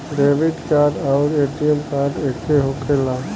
Debit card आउर ATM card एके होखेला?